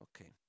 okay